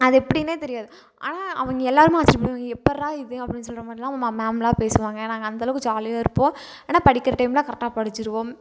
அது எப்படின்னே தெரியாது ஆனால் அவங்க எல்லோருமே ஆச்சரியப்படுவாங்க எப்படிறா இது அப்படின் சொல்கிற மாதிரிலாம் மா மேம்லாம் பேசுவாங்க நாங்கள் அந்தளவுக்கு ஜாலியாக இருப்போம் ஆனால் படிக்கிற டைமில் கரெக்டாக படித்துருவோம்